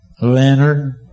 Leonard